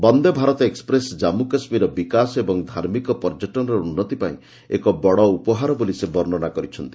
Vande Bharat express କାଶ୍ମୁ କାଶ୍ମୀରର ବିକାଶ ଓ ଧାର୍ମିକ ପର୍ଯ୍ୟଟନର ଉନ୍ନତି ପାଇଁ ଏକ ବଡ଼ ଉପହାର ବୋଲି ସେ ବର୍ଷ୍ଣନା କହିଛନ୍ତି